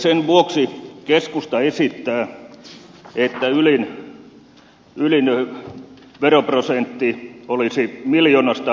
sen vuoksi keskusta esittää että ylin veroprosentti olisi miljoonasta lähtevä